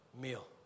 meal